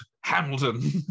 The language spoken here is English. Hamilton